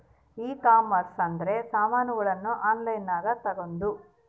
ಈ ಕಾಮರ್ಸ್ ಅಂದ್ರ ಸಾಮಾನಗಳ್ನ ಆನ್ಲೈನ್ ಗ ತಗೊಂದು